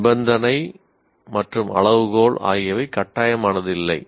நிபந்தனை மற்றும் அளவுகோல் ஆகியவை கட்டாயமானது இல்லை